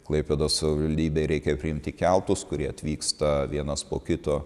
klaipėdos savivaldybei reikia priimti keltus kurie atvyksta vienas po kito